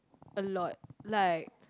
a lot like